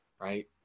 right